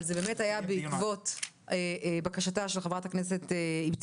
אבל זה באמת היה בעקבות בקשתה של חברת הכנסת אבתיסאם,